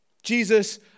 Jesus